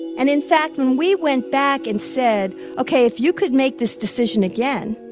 and in fact, when we went back and said, ok, if you could make this decision again,